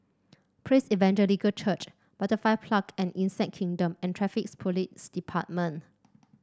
Praise Evangelical Church Butterfly Park and Insect Kingdom and Traffic Police Department